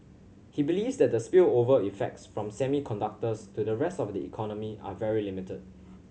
he believes that the spillover effects from semiconductors to the rest of the economy are very limited